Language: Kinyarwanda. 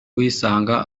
uyisanga